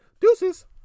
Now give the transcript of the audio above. deuces